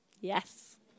Yes